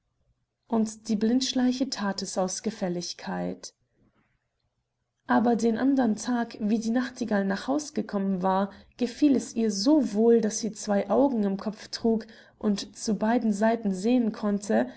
und die blindschleiche that es aus gefälligkeit aber den andern tag wie die nachtigall nach haus gekommen war gefiel es ihr so wohl daß sie zwei augen im kopf trug und zu beiden seiten sehen konnte